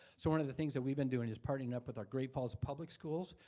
so one of the things that we've been doing, just parting up with our great falls public schools.